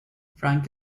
frank